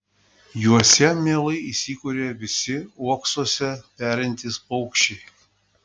juose mielai įsikuria visi uoksuose perintys paukščiai